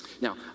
Now